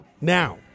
Now